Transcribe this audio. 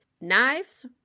knives